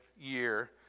year